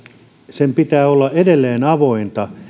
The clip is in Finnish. sen pitää olla edelleen avointa